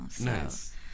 Nice